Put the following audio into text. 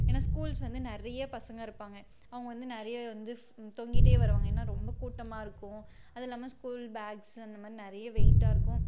ஏனால் ஸ்கூல்ஸ் வந்து நிறைய பசங்க இருப்பாங்க அவங்க வந்து நிறைய வந்து தொங்கிகிட்டே வருவாங்க ஏனால் ரொம்ப கூட்டமாக இருக்கும் அது இல்லாமல் ஸ்கூல் பேக்ஸு அந்தமாதிரி நிறைய வெயிட்டாக இருக்கும்